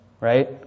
right